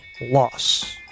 loss